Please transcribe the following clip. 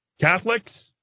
Catholics